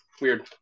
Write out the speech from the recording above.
Weird